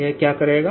यह क्या करेगा